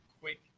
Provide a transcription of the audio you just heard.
quick